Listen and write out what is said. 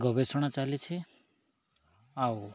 ଗବେଷଣା ଚାଲିଛି ଆଉ